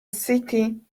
city